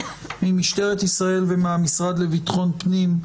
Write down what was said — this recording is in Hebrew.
ממשטרת ישראל ומהמשרד לביטחון פנים: